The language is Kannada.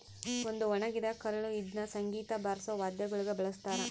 ಒಂದು ಒಣಗಿರ ಕರಳು ಇದ್ನ ಸಂಗೀತ ಬಾರ್ಸೋ ವಾದ್ಯಗುಳ ಬಳಸ್ತಾರ